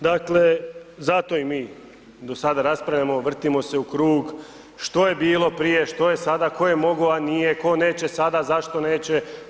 Dakle, zato i mi do sada raspravljamo, vrtimo se u krug što je bilo prije, što je sada, tko je mogao a nije, tko neće sada, zašto neće.